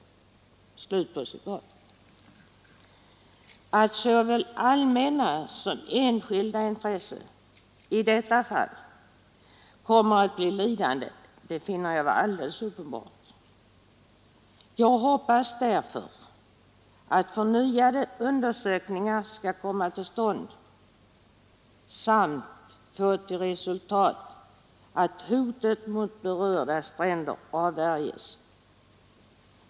Att såväl allmänna som enskilda intressen, i detta fall, kommer att bli lidande finner jag alldeles uppenbart. Jag hoppas därför att förnyade undersökningar skall komma till stånd samt få till resultat att hotet mot berörda stränder avvärjes.